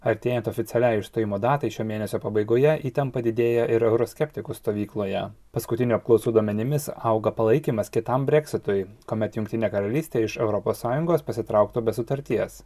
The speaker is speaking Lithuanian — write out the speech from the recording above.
artėjant oficialiai išstojimo datai šio mėnesio pabaigoje įtampa didėja ir euroskeptikų stovykloje paskutinių apklausų duomenimis auga palaikymas kitam breksitui kuomet jungtinė karalystė iš europos sąjungos pasitrauktų be sutarties